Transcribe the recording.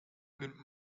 nimmt